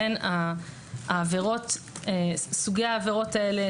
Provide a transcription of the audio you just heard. בין סוגי העבירות האלה,